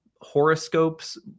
horoscopes